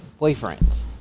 boyfriends